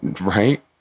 Right